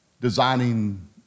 designing